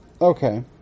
okay